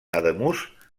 ademús